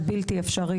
עד בלתי אפשרי,